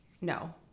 No